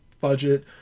budget